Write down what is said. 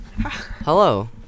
hello